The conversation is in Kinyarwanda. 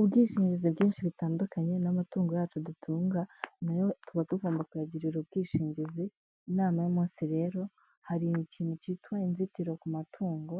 Ubwishingizi bwinshi bitandukanye n'amatungo yacu dutunga nayo tuba tugomba kuyagirira ubwishingizi, inama y'umunsi rero hari ikintu cyitwa inzitiro ku matungo